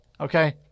Okay